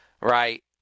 right